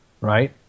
right